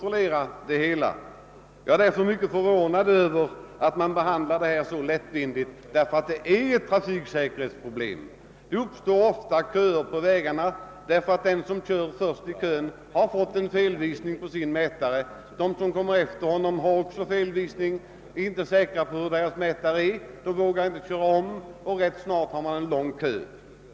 Jag är förvånad över att man behandlat denna fråga så lättvindigt. Detta är nämligen ett trafiksäkerhetsproblem. Det uppstår ofta köer på vägarna av den anledningen att den som ligger först i kön har en felvisning på sin mätare. De som ligger närmast efter honom kan också ha en felaktig mätare eller vara osäkra på hur mätaren fungerar och vågar därför inte köra om, och snart har det uppstått en lång kö.